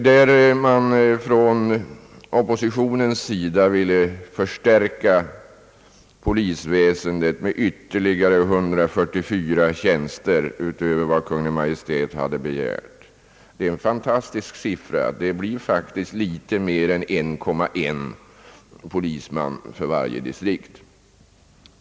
Man har då från oppositionens sida velat förstärka personalorganisationen inom polisväsendet med ytterligare 144 tjänster utöver vad Kungl. Maj:t begärt. Det är en fantastisk siffra; den skulle innebära att det blir litet mer 1,1 polisman för varje distrikt.